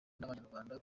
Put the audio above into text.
rw’abanyarwanda